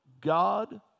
God